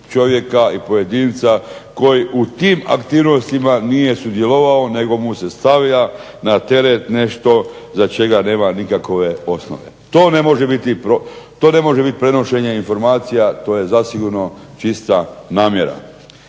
čovjeka i pojedinca koji u tim aktivnostima nije sudjelovao nego mu se stavlja na teret nešto za čega nema nikakve osnove. To ne može biti prenošenje informacija, to je zasigurno čista namjera.